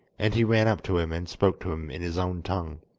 and he ran up to him and spoke to him in his own tongue.